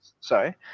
Sorry